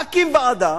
להקים ועדה,